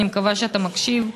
אני מקווה שאתה מקשיב,